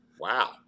Wow